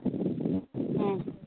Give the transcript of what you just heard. ꯎꯝ